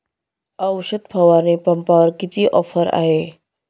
औषध फवारणी पंपावर किती ऑफर आहे?